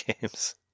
games